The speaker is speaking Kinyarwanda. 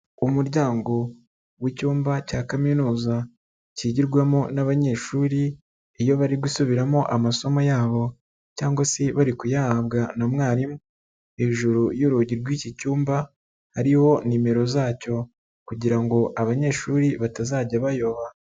Umuryango w'icyumba cya kaminuza, kigirwamo n'abanyeshuri iyo bari gusubiramo amasomo yabo cyangwa se bari kuyahabwa na mwarimu, hejuru y'urugi rw'iki cyumba hariho nimero zacyo kugira ngo abanyeshuri batazajya bayoba.